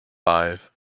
five